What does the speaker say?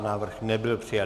Návrh nebyl přijat.